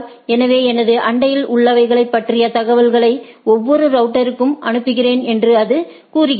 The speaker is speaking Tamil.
எனவே எனது அண்டையில் உள்ளவைகளை பற்றிய தகவல்களை ஒவ்வொரு ரவுட்டர்க்கும் அனுப்புகிறேன் என்று அது கூறுகிறது